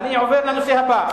אני עובר לנושא הבא,